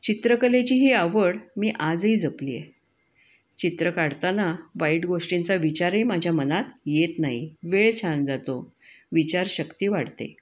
चित्रकलेची ही आवड मी आजही जपली आहे चित्र काढताना वाईट गोष्टींचा विचारही माझ्या मनात येत नाही वेळ छान जातो विचारशक्ती वाढते